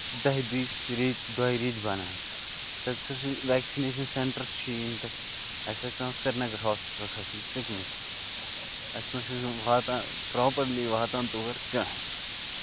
دَہہِ دۄہہِ ریٚتۍ دۄیہِ ریتۍ بَنان تَتہِ ہسا چھُ ویکسِنیَش سینٹر چھُیی نہٕ تَتہِ اَسہِ ہسا چھُ پیوان سری نَگر ہوسپِٹل کھسُن سِکِمٔز آسہِ نسا چھُنہٕ واتان پروپَرلی واتان تور کَہٕنۍ